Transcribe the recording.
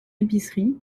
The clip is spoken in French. épicerie